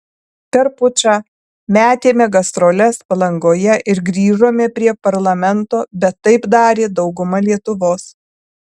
per pučą metėme gastroles palangoje ir grįžome prie parlamento bet taip darė dauguma lietuvos